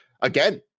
again